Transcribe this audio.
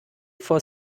for